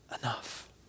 enough